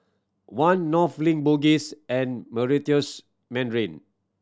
One North Link Bugis and Meritus Mandarin